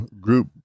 group